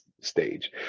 stage